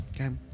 okay